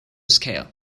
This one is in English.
scale